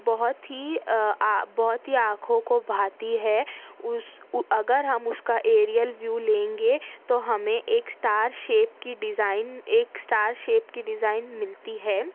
بہت ہی بہت ہی آنکھوں کو بھاتی ہے اس اگر ہم اس کا ایریل ویو لیں گے تو ہمیں ایک اسٹار شیپ کی ڈیزائن ایک اسٹار شیپ کی ڈیزائن ملتی ہے